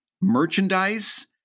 merchandise